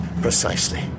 Precisely